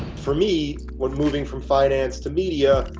for me, when moving from finance to media,